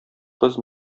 кыз